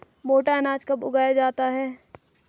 मोटा अनाज कब उगाया जाता है?